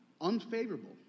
unfavorable